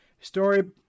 story